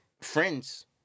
friends